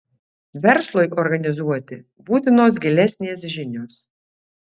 verslui organizuoti būtinos gilesnės žinios